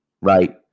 Right